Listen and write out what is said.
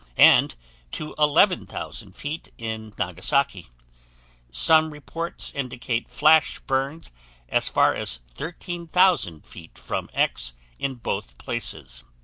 and to eleven thousand feet in nagasaki some reports indicate flash burns as far as thirteen thousand feet from x in both places.